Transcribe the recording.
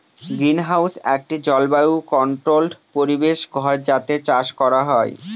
greenhouse একটি জলবায়ু controlled পরিবেশ ঘর যাতে চাষ করা হয়